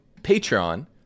Patreon